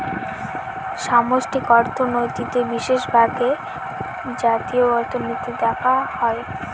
সামষ্টিক অর্থনীতিতে বিশেষভাগ জাতীয় অর্থনীতি দেখা হয়